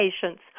patients